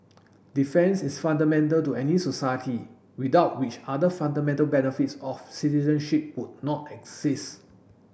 defence is fundamental to any society without which other fundamental benefits of citizenship would not exist